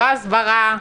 לא הסברה,